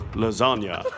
lasagna